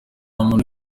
muntu